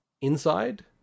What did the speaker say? Inside